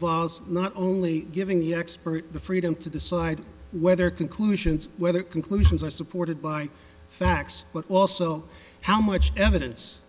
laws not only giving the expert the freedom to decide whether conclusions whether conclusions are supported by facts but also how much evidence